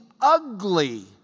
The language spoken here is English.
ugly